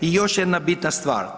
I još jedna bitna stvar.